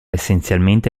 essenzialmente